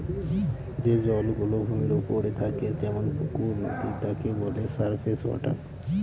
যে জল গুলো ভূমির ওপরে থাকে যেমন পুকুর, নদী তাকে বলে সারফেস ওয়াটার